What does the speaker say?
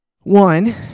One